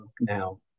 now